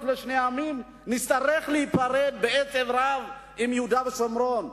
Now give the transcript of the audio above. לשני עמים ונצטרך להיפרד בעצב רב מיהודה ושומרון.